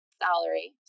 salary